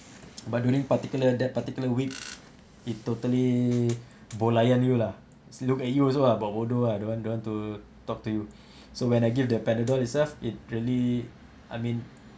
but during particular that particular week it totally boh layan you lah look at you also lah buat bodoh ah I don't want don't want to talk to you so when I give the panadol itself it really I mean